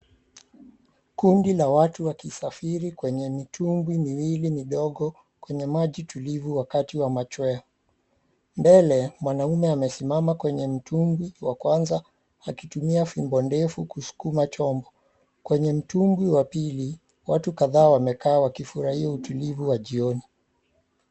Kundi la watu wakisafiri kwenye mitumbwi miwili midogo kwenye maji tulivu wakati wa machweo. Mbele mwanaume amesimama kwenye mtumbwi wa kwanza akitumia fimbo ndefu kuskuma chombo. Kwenye mtumbwi wa pili, watu kadhaa wamekaa wakifurahia utulivu wa jioni.